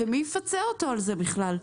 ומי יפצה אותו על זה בכלל?